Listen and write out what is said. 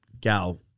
Gal